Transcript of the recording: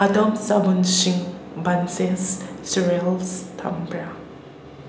ꯑꯗꯣꯝ ꯆꯕꯨꯟꯁꯤꯡ bunches cereals ꯊꯝꯕ꯭ꯔꯥ